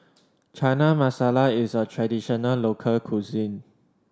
Chana Masala is a traditional local cuisine